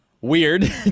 weird